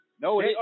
No